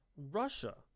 Russia